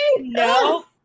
No